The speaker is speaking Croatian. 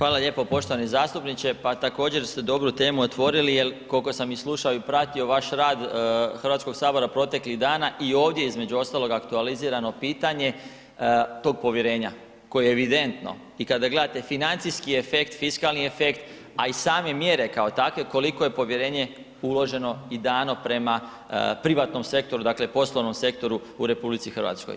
Hvala lijepo poštovani zastupniče, pa također ste dobru temu otvorili jel kolko sam i slušao i pratio vaš rad HS proteklih dana i ovdje između ostaloga aktualizirano pitanje tog povjerenja koje je evidentno i kada gledate financijski efekt, fiskalni efekt, a i same mjere kao takve koliko je povjerenje uloženo i dano prema privatnom sektoru, dakle poslovnom sektoru u RH.